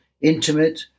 intimate